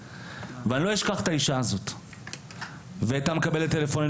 ואני לא אשכח את האישה הזאת והיא הייתה מקבלת טלפונים,